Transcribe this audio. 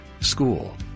school